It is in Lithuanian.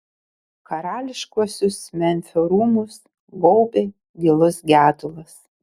karališkuosius memfio rūmus gaubė gilus gedulas